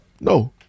No